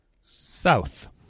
South